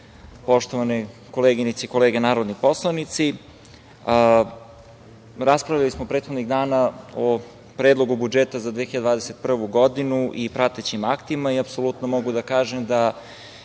poštovane koleginice i kolege narodni poslanici, raspravljali smo prethodnih dana o Predlogu budžeta za 2021. godinu i pratećim aktima i apsolutno mogu da kažem da